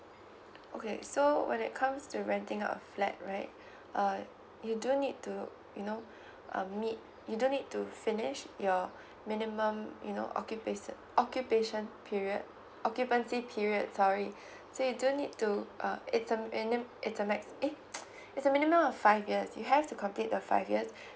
okay so when it comes to renting a flat right uh you do need to you know um meet you do need to finish your minimum you know okay occupation occupation period occupancy period sorry so you do need to uh it's um it's nim~ it's a max eh it's a minimum of five years you have to complete the five years